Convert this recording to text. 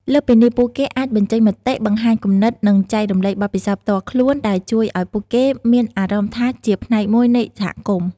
លើសពីនេះពួកគេអាចបញ្ចេញមតិ បង្ហាញគំនិត និងចែករំលែកបទពិសោធន៍ផ្ទាល់ខ្លួន ដែលជួយឱ្យពួកគេមានអារម្មណ៍ថាជាផ្នែកមួយនៃសហគមន៍។